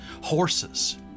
horses